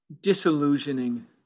disillusioning